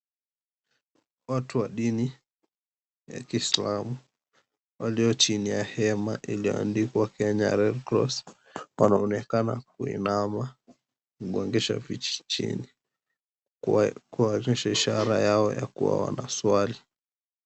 Watu wa dini ya kiislamu walio chini ya hema iliyoandikwa Kenya Red Cross wanaonekana kuinama kuangusha vichwa chini kuonyesha ishara yao ya kuwa wana swali.